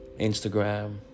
Instagram